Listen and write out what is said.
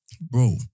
Bro